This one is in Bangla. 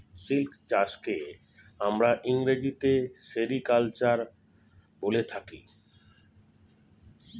সিল্ক চাষকে আমরা ইংরেজিতে সেরিকালচার বলে থাকি